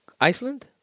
Iceland